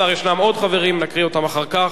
עוד חברים, נקריא את שמותיהם אחר כך.